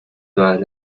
todas